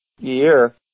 year